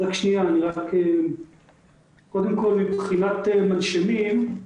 קודם כל מבחינת מנשמים,